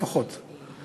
לפחות.